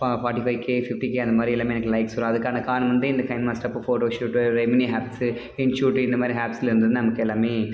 ஃபா forty five K fifty K அந்த மாதிரி எல்லாமே எனக்கு லைக்ஸ் வரும் அதுக்கான காரணம் வந்து இந்த கைன் மாஸ்டர் போ ஃபோட்டோஷுட்டு ரெ ரெமினி ஹேப்ஸு இன்ஷுட்டு இந்த மாதிரி ஹேப்சில் இருந்து நமக்கு எல்லாமே